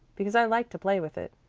because i liked to play with it.